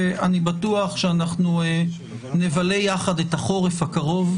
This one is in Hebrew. ואני בטוח שנבלה יחד את החורף הקרוב,